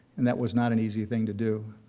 and that was not an easy thing to do.